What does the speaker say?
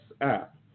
app